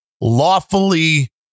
lawfully